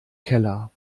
keller